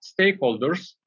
stakeholders